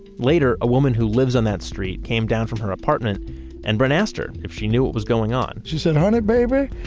later, a woman who lives on that street came down from her apartment and brent asked her if she knew what was going on she said, honey baby,